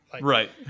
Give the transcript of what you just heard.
Right